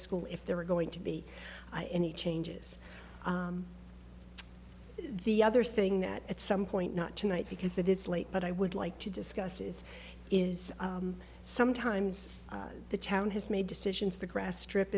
school if there are going to be any changes the other thing that at some point not tonight because it is late but i would like to discuss is is sometimes the town has made decisions the grass strip